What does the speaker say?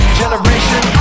generation